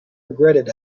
regretted